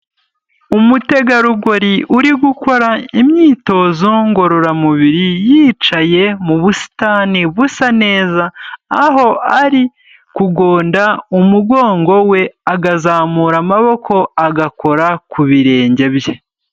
Umutegarugori uri gukora imyitozo ngororamubiri, yicaye mu busitani busa neza, aho ari kugonda umugongo we, agazamura amaboko, agakora ku birenge bye.